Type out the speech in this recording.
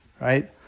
right